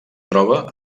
troba